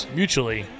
mutually